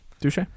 Touche